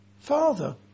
Father